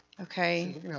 Okay